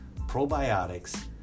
probiotics